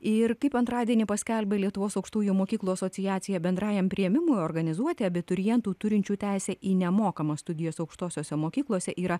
ir kaip antradienį paskelbė lietuvos aukštųjų mokyklų asociacija bendrajam priėmimui organizuoti abiturientų turinčių teisę į nemokamas studijas aukštosiose mokyklose yra